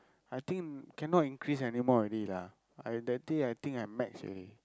I think cannot increase anymore already lah I that day I think I max already